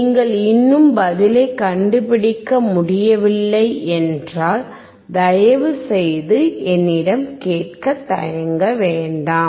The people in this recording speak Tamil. நீங்கள் இன்னும் பதிலைக் கண்டுபிடிக்க முடியவில்லை என்றால் தயவுசெய்து என்னிடம் கேட்க தயங்கவேண்டாம்